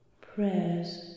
Prayers